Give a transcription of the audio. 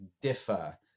differ